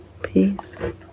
peace